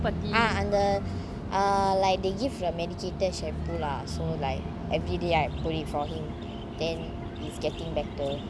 ah அந்த:antha err like they give the medicated shampoo lah so like everyday I put it for him then he's getting better